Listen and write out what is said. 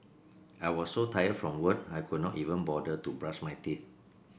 a smile can often lift up a weary spirit